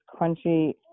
crunchy